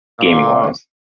Gaming-wise